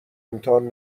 امتحان